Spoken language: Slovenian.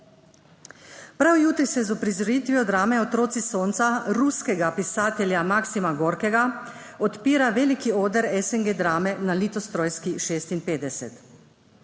Prav jutri se z uprizoritvijo drame Otroci sonca ruskega pisatelja Maksima Gorkega odpira veliki oder SNG Drame na Litostrojski 56.